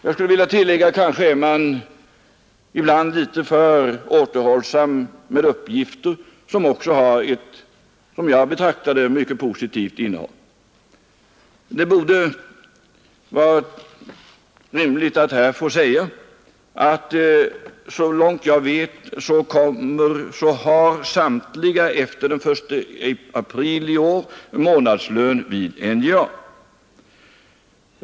Jag skulle vilja tillägga att man kanske ibland är litet för återhållsam med uppgifter som också har ett, som jag betraktar det, mycket positivt innehåll. Det borde vara rimligt att här få säga, att så långt jag vet har samtliga efter den 1 april i år månadslön vid NJA.